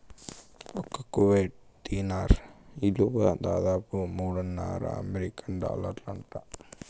ఒక్క కువైట్ దీనార్ ఇలువ దాదాపు మూడున్నర అమెరికన్ డాలర్లంట